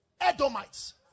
Edomites